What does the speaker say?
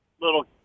little